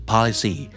Policy